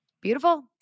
Beautiful